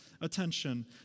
attention